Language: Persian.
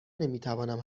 نمیتوانم